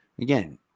Again